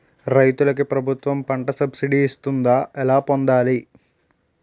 రైతులకు ప్రభుత్వం పంట సబ్సిడీ ఇస్తుందా? ఎలా పొందాలి?